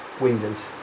windows